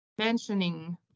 Mentioning